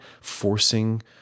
forcing